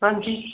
ਹਾਂਜੀ